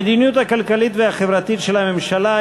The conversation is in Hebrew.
המדיניות הכלכלית והחברתית של הממשלה,